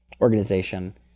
organization